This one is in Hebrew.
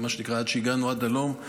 עד שהגענו עד הלום,